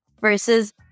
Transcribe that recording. versus